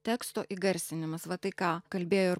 teksto įgarsinimas va tai ką kalbėjo ir